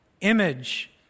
image